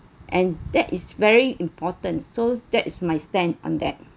and that is very important so that is my stand on that